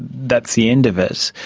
that's the end of it',